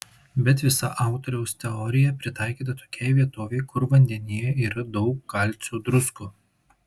bet visa autoriaus teorija pritaikyta tokiai vietovei kur vandenyje yra daug kalcio druskų